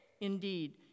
Indeed